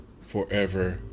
forever